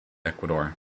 ecuador